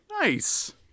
Nice